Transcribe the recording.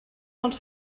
els